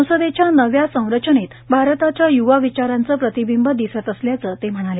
संसदेच्या नव्या संरचनेत भारताच्या य्वा विचारांचे प्रतिबिंब दिसत असल्याचे ते म्हणाले